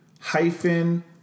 hyphen